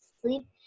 sleep